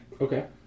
Okay